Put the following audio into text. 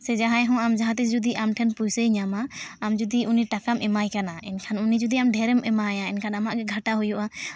ᱥᱮ ᱡᱟᱦᱟᱸᱭ ᱦᱚᱸ ᱟᱢ ᱴᱷᱮᱱ ᱡᱩᱫᱤ ᱯᱚᱭᱥᱟᱹᱭ ᱧᱟᱢᱟ ᱟᱢ ᱡᱩᱫᱤ ᱩᱱᱤ ᱴᱟᱠᱟᱢ ᱮᱢᱟᱭ ᱠᱟᱱᱟ ᱮᱱᱠᱷᱟᱱ ᱩᱱᱤ ᱡᱩᱫᱤ ᱟᱢ ᱰᱷᱮᱨᱮᱢ ᱮᱢᱟᱭᱟ ᱮᱱᱠᱷᱟᱱ ᱟᱢᱟᱜ ᱜᱮ ᱜᱷᱟᱴᱟ ᱦᱩᱭᱩᱜᱼᱟ